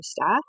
staff